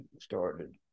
Started